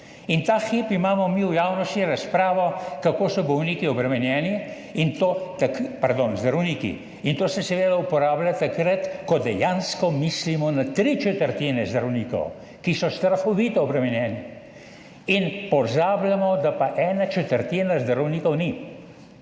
In ta hip imamo mi v javnosti razpravo, kako so zdravniki obremenjeni, in to se seveda uporablja takrat, ko dejansko mislimo na tri četrtine zdravnikov, ki so strahovito obremenjeni, pozabljamo pa, da ena četrtina zdravnikov ni,